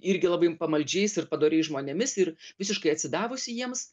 irgi labai pamaldžiais ir padoriais žmonėmis ir visiškai atsidavusi jiems